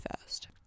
first